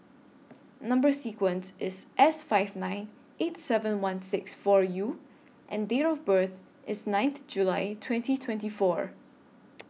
Number sequence IS S five nine eight seven one six four U and Date of birth IS ninth July twenty twenty four